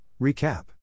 recap